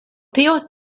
tio